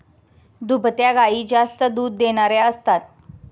दुभत्या गायी जास्त दूध देणाऱ्या असतात